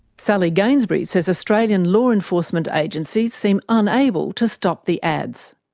sally gainsbury says australian law-enforcement agencies seem unable to stop the ads.